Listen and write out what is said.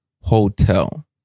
hotel